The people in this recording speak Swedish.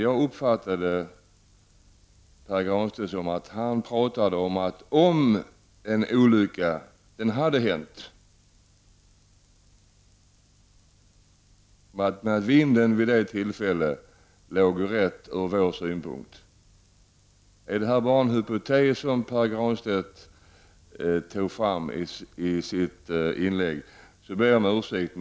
Jag uppfattade det som att Pär Granstedt pratade om att en olycka hade hänt och vinden vid det tillfället legat rätt, ur vår synpunkt. Är detta bara en hypotes som Pär Granstedt tog fram i sitt inlägg ber jag om ursäkt.